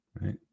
right